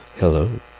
Hello